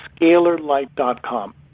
scalarlight.com